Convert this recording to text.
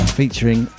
featuring